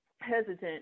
hesitant